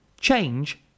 change